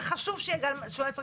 וחשוב שיהיה גל של מעצרים,